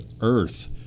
Earth